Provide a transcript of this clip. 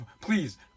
please